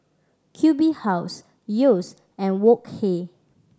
Q B House Yeo's and Wok Hey